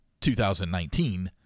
2019